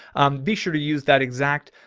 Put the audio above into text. be sure to use that exact,